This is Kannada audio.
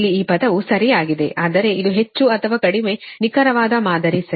ಇಲ್ಲಿ ಈ ಪದವು ಸರಿಯಾಗಿದೆ ಆದರೆ ಇದು ಹೆಚ್ಚು ಅಥವಾ ಕಡಿಮೆ ನಿಖರವಾದ ಮಾದರಿ ಸರಿ